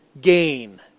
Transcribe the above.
gain